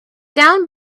down